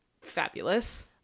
fabulous